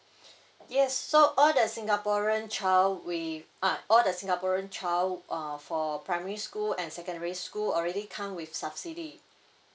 yes so all the singaporean child with ah all the singaporean child uh for primary school and secondary school already come with subsidy